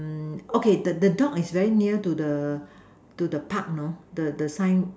okay the the dog is very near to the to the Park you know the the sign